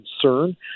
concern